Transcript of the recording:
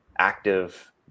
active